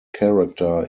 character